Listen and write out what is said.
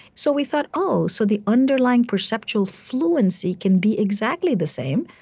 so we thought, oh, so the underlying perceptual fluency can be exactly the same,